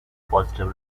positive